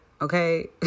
okay